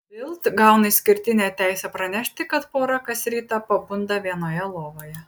bild gauna išskirtinę teisę pranešti kad pora kas rytą pabunda vienoje lovoje